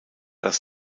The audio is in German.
das